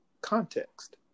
context